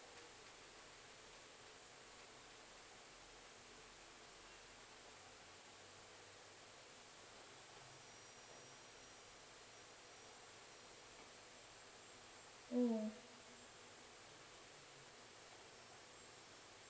mm